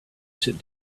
sit